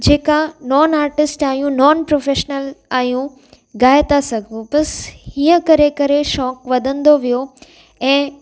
जेका non artist आहियूं non professional आहियूं गाए था सघूं बसि हीअं करे करे शौंक़ु वधंदो वियो ऐं